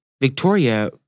Victoria